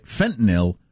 fentanyl